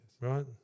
right